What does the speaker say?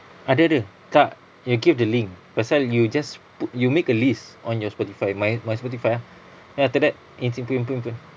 ada ada kat you give the link pasal you just put you make a list on your spotify my my spotify ah then after that in sequence we'll be playing